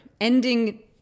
ending